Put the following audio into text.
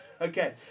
Okay